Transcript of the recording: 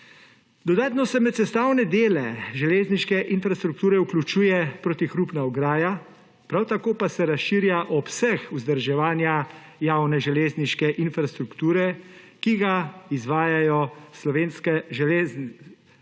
Dodatno se med sestavne dele železniške infrastrukture vključuje protihrupna ograja, prav tako pa se razširja obseg vzdrževanja javne železniške infrastrukture, ki ga izvajajo Slovenske železnice